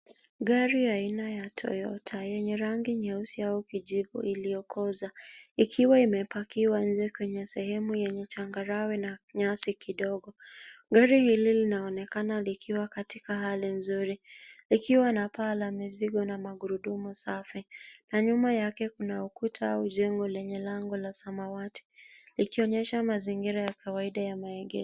Gari ya aina ya Toyota yenye rangi nyeusi au kijivu ilyokoza, ikiwa imepakiwa nje kwenye sehemu yenye changarawe na nyasi kidogo. Gari hili linaonekana likiwa katika hali nzuri; likiwa na paa la mizigo na magurudumu safi. Na nyuma yake kuna ukuta au jengo lenye lango la samawati likionyesha mazingira ya kawaida ya maegesho.